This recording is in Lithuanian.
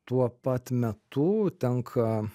tuo pat metu tenka